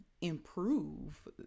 improve